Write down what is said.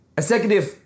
executive